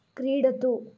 क्रीडतु